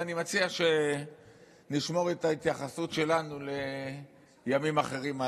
אני מציע שנשמור את ההתייחסות שלנו לדברים האלה לימים אחרים.